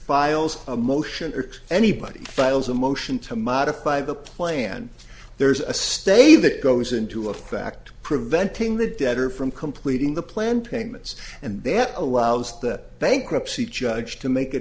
files a motion or anybody files a motion to modify the plan there's a stay that goes into effect preventing the debtor from completing the plan payments and they have allows the bankruptcy judge to make a